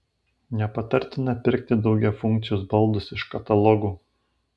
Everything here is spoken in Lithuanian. nepatartina pirkti daugiafunkcius baldus iš katalogų